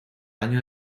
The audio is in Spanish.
año